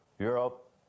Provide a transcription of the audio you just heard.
Europe